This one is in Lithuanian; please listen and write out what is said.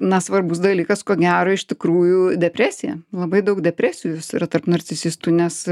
na svarbus dalykas ko gero iš tikrųjų depresija labai daug depresijų vis yra tarp narcisistų nes